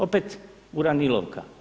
Opet uravnilovka.